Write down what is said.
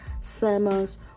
sermons